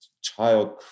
child